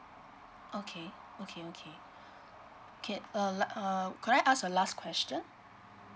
okay okay okay ca~ err like err could I ask the last question